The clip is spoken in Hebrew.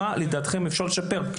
מה לדעתכם אפשר לשפר.